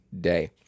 day